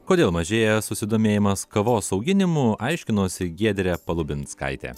kodėl mažėja susidomėjimas kavos auginimu aiškinosi giedrė palubinskaitė